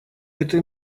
эта